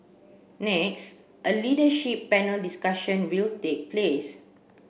next a leadership panel discussion will take place